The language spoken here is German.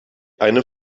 eine